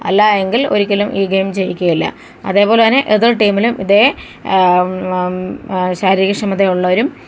അല്ലായെങ്കിൽ ഒരിക്കലും ഈ ഗെയിം ജയിക്കുകയില്ല അതേപോലെതന്നെ എതിർ ടീമിലും ഇതേ ശാരീരിക ക്ഷമത ഉള്ളവരും